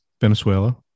Venezuela